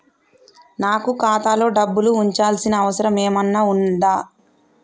నాకు ఖాతాలో డబ్బులు ఉంచాల్సిన అవసరం ఏమన్నా ఉందా?